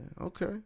okay